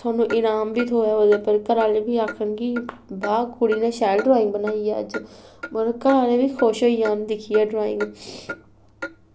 थुहानूं आराम बी थ्होऐ होर घरै आह्ले बी आखन कि वाह् कुड़ी नै बड़ी शैल ड्राईंग बनाई ऐ कुड़ी नै होर घर आह्ले बी खुश होई जान ड्राईंग दिक्खियै